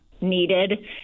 needed